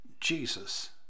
Jesus